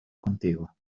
contigo